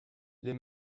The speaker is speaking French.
les